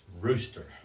Rooster